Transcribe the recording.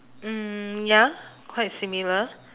mm ya quite similar